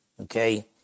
okay